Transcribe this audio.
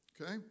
okay